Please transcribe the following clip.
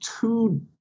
two